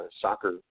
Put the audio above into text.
soccer